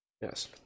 Yes